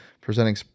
presenting